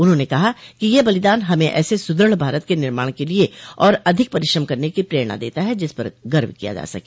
उन्होंने कहा कि यह बलिदान हमें ऐसे सुदृढ़ भारत के निर्माण के लिए और अधिक परिश्रम करने की प्रेरणा देता है जिस पर गर्व किया जा सके